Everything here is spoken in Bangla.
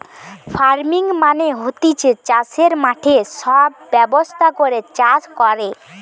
ফার্মিং মানে হতিছে চাষের মাঠে সব ব্যবস্থা করে চাষ কোরে